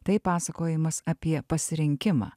tai pasakojimas apie pasirinkimą